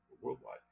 worldwide